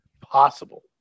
possible